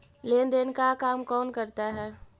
लेन देन का काम कौन करता है?